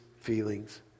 feelings